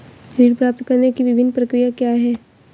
ऋण प्राप्त करने की विभिन्न प्रक्रिया क्या हैं?